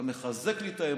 אתה מחזק לי את האמונה,